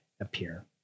appear